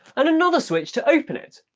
and another switch to open it.